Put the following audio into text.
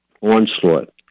onslaught